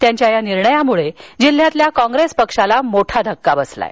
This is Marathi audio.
त्यांच्या या निर्णयामुळं जिल्ह्यातील काँग्रेस पक्षाला मोठा धक्का बसला आहे